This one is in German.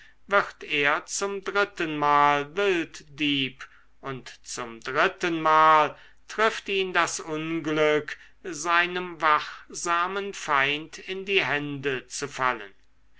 wird er zum drittenmal wilddieb und zum drittenmal trifft ihn das unglück seinem wachsamen feind in die hände zu fallen